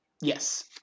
Yes